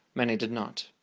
many did not.